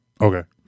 Okay